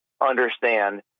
understand